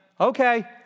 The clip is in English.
okay